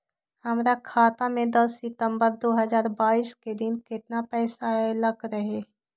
हमरा खाता में दस सितंबर दो हजार बाईस के दिन केतना पैसा अयलक रहे?